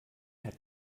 hat